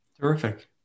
Terrific